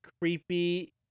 creepy